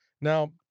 Now